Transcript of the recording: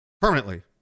Permanently